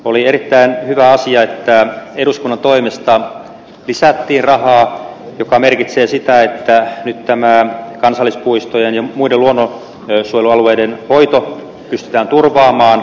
oli erittäin hyvä asia että eduskunnan toimesta lisättiin rahaa mikä merkitsee sitä että nyt tämä kansallispuistojen ja muiden luonnonsuojelualueiden hoito pystytään turvaamaan